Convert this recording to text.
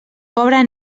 pobre